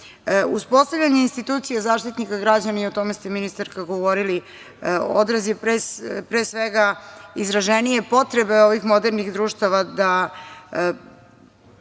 institucije Zaštitnika građana, i o tome ste, ministarka, govorili, odraz je pre svega izraženije potrebe ovih modernih društava da